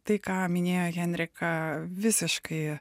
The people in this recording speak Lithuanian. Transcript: tai ką minėjo henrika visiškai